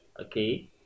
Okay